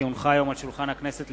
כי הונחו היום על שולחן הכנסת,